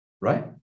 right